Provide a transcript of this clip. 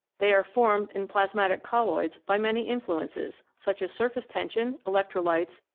they are formed in plasmatic colloids by many influences, such as surface tension, electrolytes,